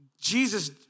Jesus